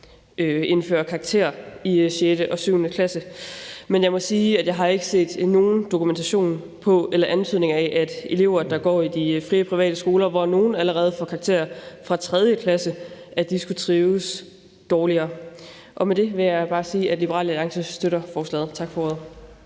indføre karakterer i 6. og 7. klasse, men jeg må sige, at jeg ikke har set nogen dokumentation for eller antydning af, at elever, der går i de frie private skoler, hvor nogle allerede får karakterer fra 3. klasse, skulle trives dårligere. Med det vil jeg bare sige, at Liberal Alliance støtter forslaget. Tak for ordet.